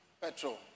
petrol